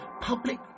public